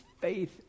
faith